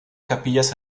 capillas